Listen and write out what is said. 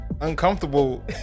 uncomfortable